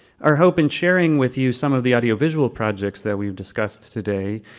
our hope in sharing with you some of the audio visual projects that we've discussed today,